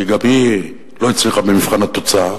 כי גם היא לא הצליחה במבחן התוצאה,